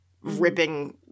ripping